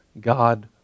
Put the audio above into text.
God